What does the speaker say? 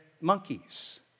monkeys